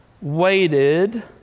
waited